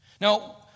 Now